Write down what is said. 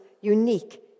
unique